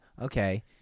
Okay